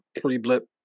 pre-blip